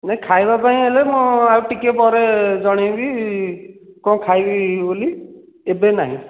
ନାଇଁ ଖାଇବା ପାଇଁ ହେଲେ ମୁଁ ଆଉ ଟିକିଏ ପରେ ଜଣେଇବି କ'ଣ ଖାଇବି ବୋଲି ଏବେ ନାହିଁ